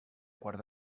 quart